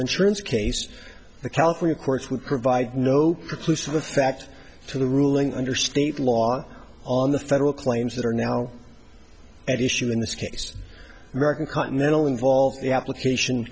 insurance case the california courts would provide no proof of the fact to the ruling under state law on the federal claims that are now at issue in this case american continental involved the application